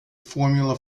formula